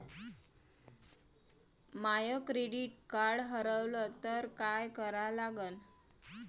माय credit card हारवलं तर काय करा लागन?